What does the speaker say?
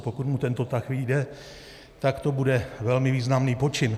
Pokud mu tento tah vyjde, tak to bude velmi významný počin.